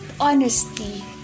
honesty